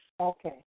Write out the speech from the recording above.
Okay